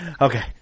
Okay